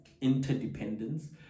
interdependence